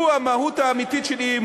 השר שטייניץ, הוא המהות האמיתית של אי-אמון.